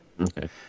Okay